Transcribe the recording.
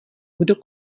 kdo